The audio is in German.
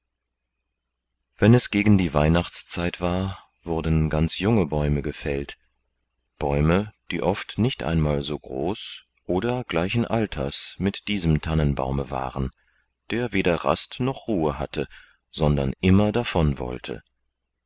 wenn es gegen die weihnachtszeit war wurden ganz junge bäume gefällt bäume die oft nicht einmal so groß oder gleichen alters mit diesem tannenbaume waren der weder rast noch ruhe hatte sondern immer davon wollte